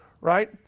right